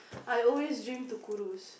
I always dream to cruise